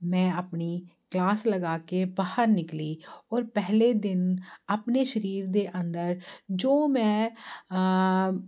ਮੈਂ ਆਪਣੀ ਕਲਾਸ ਲਗਾ ਕੇ ਬਾਹਰ ਨਿਕਲੀ ਔਰ ਪਹਿਲੇ ਦਿਨ ਆਪਣੇ ਸਰੀਰ ਦੇ ਅੰਦਰ ਜੋ ਮੈਂ